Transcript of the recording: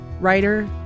Writer